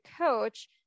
coach